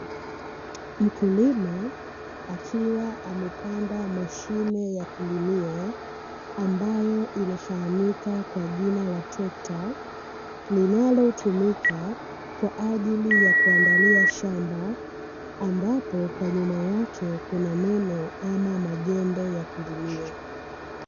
Mkulima akiwa amepandaa mashine ya kulima ambayo inafahamika kwa jina la trekta, linalotumika kwaajili ya kuandalia shamba ambapo kwa nyuma yake kuna meno au majembe ya kulimia.